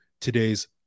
today's